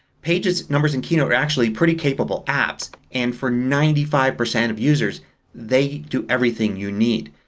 pages, numbers, and keynote are actually pretty capable apps. and for ninety five percent of users they do everything you need.